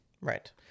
right